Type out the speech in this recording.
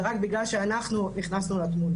זה רק בגלל שאנחנו נכנסנו לתמונה